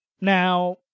Now